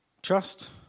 Trust